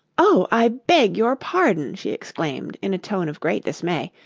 oh, i beg your pardon she exclaimed in a tone of great dismay,